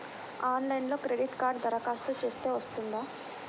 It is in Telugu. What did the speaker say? ఆన్లైన్లో క్రెడిట్ కార్డ్కి దరఖాస్తు చేస్తే వస్తుందా?